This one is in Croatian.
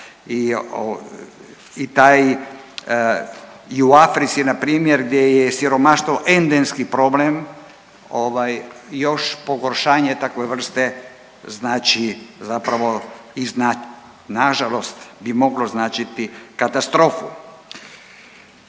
i u Africi npr. gdje je siromaštvo endemski problem ovaj još pogoršanje takve vrste znači zapravo i nažalost bi moglo značiti katastrofu.